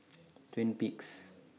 Twin Peaks